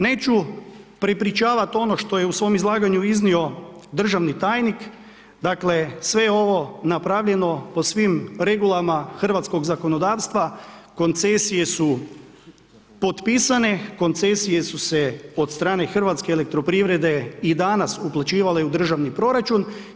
Neću prepričavat ono što je u svom izlaganju iznio državni tajnik, dakle sve je ovo napravljeno po svim regulama hrvatskog zakonodavstva, koncesije su potpisane, koncesije su se od strane HEP-a i danas uplaćivale u državni proračun.